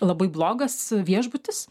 labai blogas viešbutis